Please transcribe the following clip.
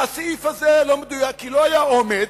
והסעיף הזה לא מדויק, כי לא היה אומץ,